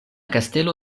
kastelo